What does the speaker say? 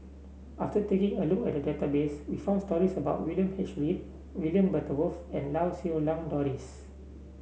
after taking a look at the database we found stories about William H Read William Butterworth and Lau Siew Lang Doris